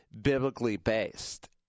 biblically-based